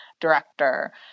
director